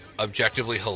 objectively